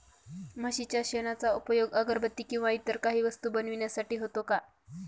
म्हशीच्या शेणाचा उपयोग अगरबत्ती किंवा इतर काही वस्तू बनविण्यासाठी होतो का?